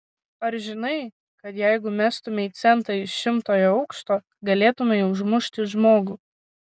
ar žinai kad jeigu mestumei centą iš šimtojo aukšto galėtumei užmušti žmogų